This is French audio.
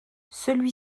celui